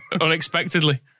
unexpectedly